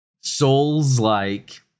Souls-like